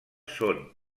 són